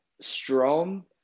Strom